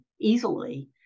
easily